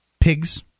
Pigs